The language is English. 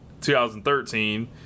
2013